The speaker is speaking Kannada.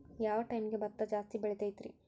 ಯಾವ ಟೈಮ್ಗೆ ಭತ್ತ ಜಾಸ್ತಿ ಬೆಳಿತೈತ್ರೇ?